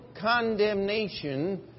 condemnation